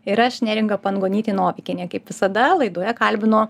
ir aš neringa pangonytė novikienė kaip visada laidoje kalbinu